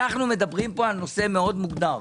אנחנו מדברים פה על נושא מאוד מוגדר.